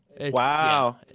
Wow